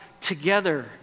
together